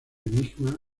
enigma